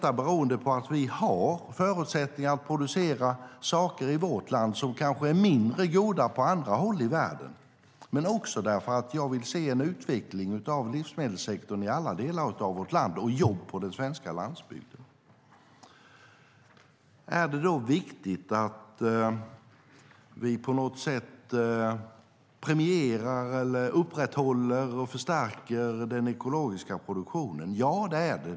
Anledningen är dels att vi kan producera saker i vårt land som förutsättningarna kanske är mindre goda för på andra håll i världen, dels att jag vill se en utveckling av livsmedelssektorn i alla delar av vårt land och jobb på den svenska landsbygden. Är det då viktigt att vi på något sätt premierar, upprätthåller och förstärker den ekologiska produktionen? Ja, det är det.